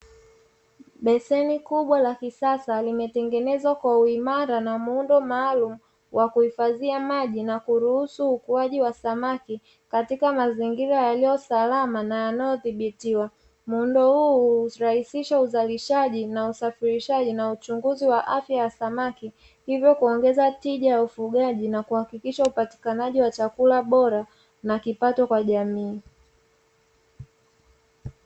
Beseni kubwa la kisasa limetengenezwa kwa uimara na muundo maalumu wa kuhifadhia maji na kuruhusu ukuaji wa samaki katika mazingira yaliyo salama na yanayodhibitiwa. Muundo huu hurahisisha uzalishaji na usafirirshaji na uchunguzi wa afya ya samaki, hivyo kuongeza tija kwa ufujagi na kuhakikisha upatikanaji bora na kipato kwa jamii.